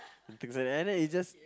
and things like that and then it just